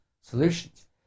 solutions